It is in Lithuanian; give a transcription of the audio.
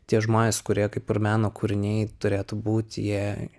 tie žmonės kurie kaip ir meno kūriniai turėtų būt jie